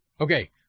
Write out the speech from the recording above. Okay